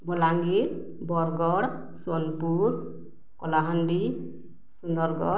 Balangir Bargarh Sonepur Kalahandi Sundargarh